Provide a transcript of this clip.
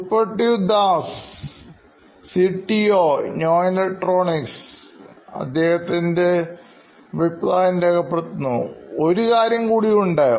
Suprativ Das CTO Knoin Electronics ഒരു കാര്യം കൂടി ഉണ്ട്